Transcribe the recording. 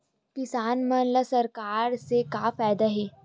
किसान मन ला सरकार से का फ़ायदा हे?